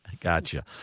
Gotcha